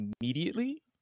immediately